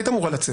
היית אמורה לצאת.